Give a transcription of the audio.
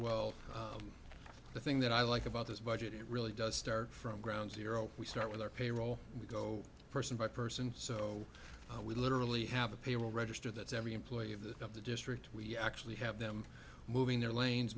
well the thing that i like about this budget it really does start from ground zero we start with our payroll and we go person by person so we literally have a payroll register that's every employee of the of the district we actually have them moving their lanes